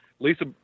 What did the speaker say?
Lisa